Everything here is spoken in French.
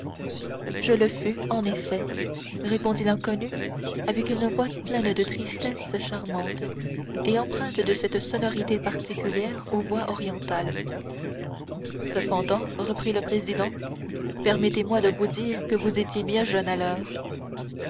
je le fus en effet répondit l'inconnue avec une voix pleine d'une tristesse charmante et empreinte de cette sonorité particulière aux voix orientales cependant reprit le président permettez-moi de vous dire que vous étiez bien jeune alors